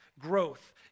growth